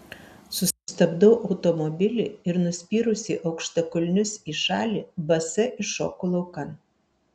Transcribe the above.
sustabdau automobilį ir nuspyrusi aukštakulnius į šalį basa iššoku laukan